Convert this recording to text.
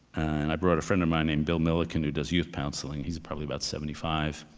and i brought a friend of mine named bill milliken, who does youth counseling, he's probably about seventy five.